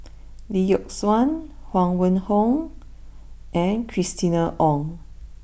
Lee Yock Suan Huang Wenhong and Christina Ong